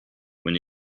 when